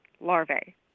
larvae